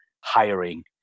hiring